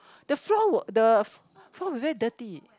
the floor will the floor be very dirty